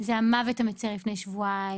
אם זה המוות המצער לפני שבועיים,